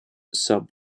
sub